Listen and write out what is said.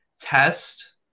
test